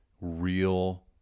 real